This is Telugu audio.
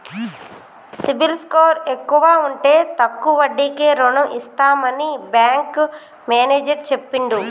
సిబిల్ స్కోర్ ఎక్కువ ఉంటే తక్కువ వడ్డీకే రుణం ఇస్తామని బ్యాంకు మేనేజర్ చెప్పిండు